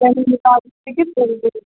تَمی حِسابہٕ ہیکِو تُہۍ